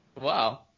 Wow